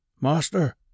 Master